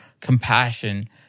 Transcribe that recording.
compassion